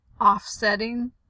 offsetting